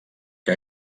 que